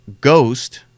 ghost